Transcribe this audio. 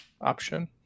Option